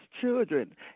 children